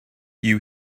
you